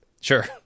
Sure